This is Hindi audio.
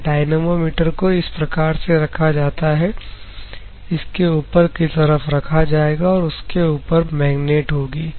यहां डाइनेमोमीटर को इस प्रकार से रखा जाता है इसके ऊपर की तरफ रखा जाएगा और उसके ऊपर मैग्नेट होगी